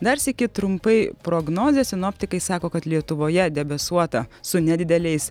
dar sykį trumpai prognozė sinoptikai sako kad lietuvoje debesuota su nedideliais